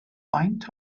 faint